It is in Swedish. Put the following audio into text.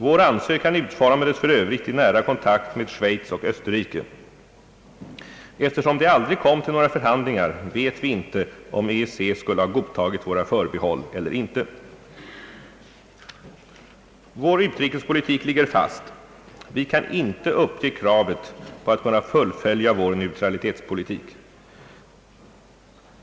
Vår ansökan utformades för övrigt i nära kontakt med Schweiz och Österrike. Eftersom det aldrig kom till några förhandlingar vet vi inte om EEC skulle ha godtagit våra förbehåll eller inte. Vår utrikespolitik ligger fast. Vi kan inte uppge kravet på att kunna fullfölja vår neutralitetspolitik.